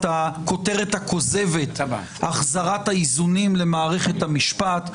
הכותרת הכוזבת: החזרת האיזונים למערכת המשפט.